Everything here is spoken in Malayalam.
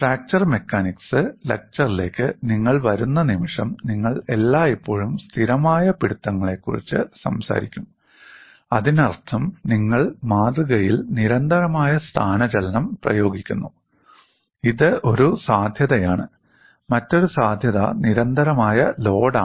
ഫ്രാക്ചർ മെക്കാനിക്സ് ലെക്ചറിലേക്ക് നിങ്ങൾ വരുന്ന നിമിഷം നിങ്ങൾ എല്ലായ്പ്പോഴും സ്ഥിരമായ പിടുത്തങ്ങളെക്കുറിച്ച് സംസാരിക്കും അതിനർത്ഥം നിങ്ങൾ മാതൃകയിൽ നിരന്തരമായ സ്ഥാനചലനം പ്രയോഗിക്കുന്നു ഇത് ഒരു സാധ്യതയാണ് മറ്റൊരു സാധ്യത നിരന്തരമായ ലോഡാണ്